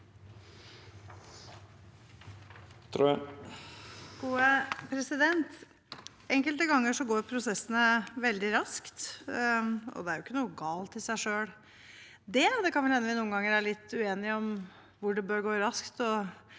Enkelte ganger går prosessene veldig raskt. Det er jo ikke noe galt i seg selv, men kan hende er vi noen ganger litt uenige om hvor det bør gå raskt,